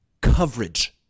coverage